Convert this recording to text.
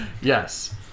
Yes